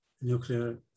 nuclear